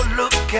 look